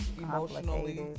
emotionally